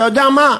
אתה יודע מה,